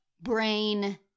brain